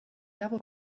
level